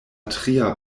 tria